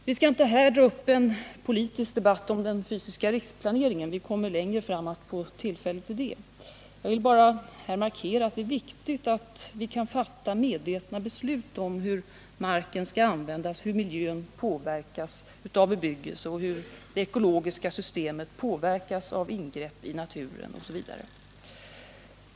Vi skall inte här ta uppen politisk debatt om den fysiska riksplaneringen. Vi kommer längre fram att få tillfälle till en sådan. Jag vill bara här markera att det är viktigt att vi kan fatta medvetna beslut om hur marken skall användas, hur miljön påverkas av bebyggelse, hur det ekologiska systemet påverkas av ingrepp i naturen, osv.